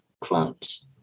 clones